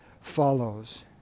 follows